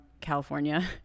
California